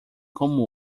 como